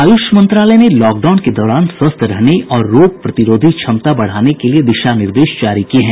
आयुष मंत्रालय ने लॉकडाउन के दौरान स्वस्थ रहने और रोग प्रतिरोधी क्षमता बढ़ाने के लिए दिशा निर्देश जारी किए हैं